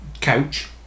Couch